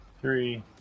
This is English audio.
three